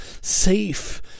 safe